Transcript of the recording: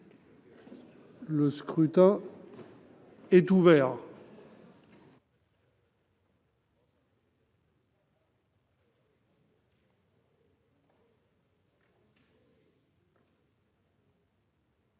Le scrutin est ouvert.